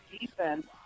defense